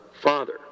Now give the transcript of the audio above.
Father